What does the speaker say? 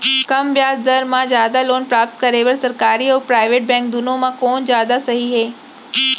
कम ब्याज दर मा जादा लोन प्राप्त करे बर, सरकारी अऊ प्राइवेट बैंक दुनो मा कोन जादा सही हे?